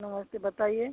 नमस्ते बताइए